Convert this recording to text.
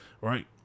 right